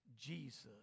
Jesus